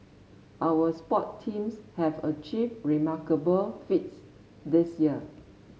our sport teams have achieved remarkable feats this year